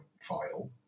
file